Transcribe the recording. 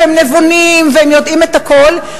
והם נבונים והם יודעים את הכול,